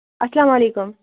اَسلام علیکُم